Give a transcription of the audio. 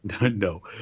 No